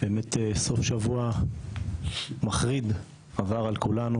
באמת סוף שבוע מחריד עבר על כולנו,